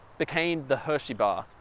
became the hershey's bar,